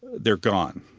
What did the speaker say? they're gone.